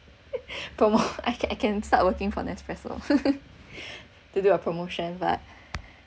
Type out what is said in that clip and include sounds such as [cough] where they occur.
[laughs] promo I can I can start working for nespresso [laughs] to do a promotion but